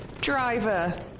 driver